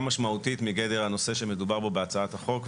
משמעותית מגדר הנושא שמדובר בו בהצעת החוק,